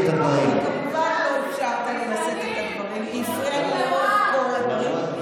אני מציעה לך כשרת תעמולה לפתח יותר קור רוח.